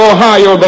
Ohio